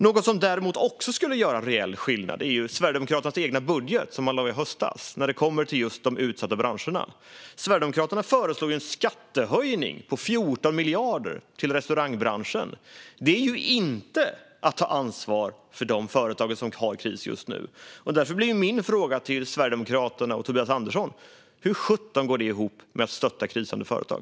Något som däremot också skulle göra reell skillnad för de utsatta branscherna är Sverigedemokraternas egen budget som lades fram i höstas. De föreslog en skattehöjning på 14 miljarder för restaurangbranschen. Det är inte att ta ansvar för de företag som befinner sig i en kris just nu. Därför blir min fråga till Sverigedemokraterna och Tobias Andersson: Hur sjutton går det ihop med att stötta krisande företag?